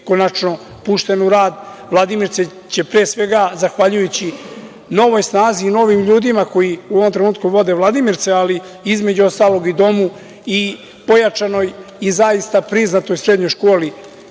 konačno pušten u rad. Vladimirce će pre svega, zahvaljujući novoj snazi i novim ljudima, koji u ovom trenutku vode Vladimirce, ali između ostalog i domu i pojačanoj i zaista priznatoj srednjoj školi,